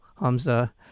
Hamza